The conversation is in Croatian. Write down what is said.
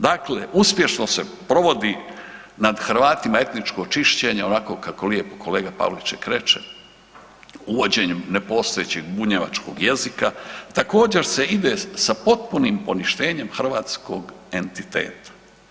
Dakle, uspješno se provodi nad Hrvatima etničko čišćenje onako kako lijepo kolega Pavliček reče, uvođenjem nepostojećeg bunjevačkog jezika, također se ide sa potpunim poništenjem hrvatskog entiteta.